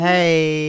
Hey